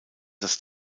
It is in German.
das